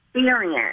Experience